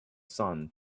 sun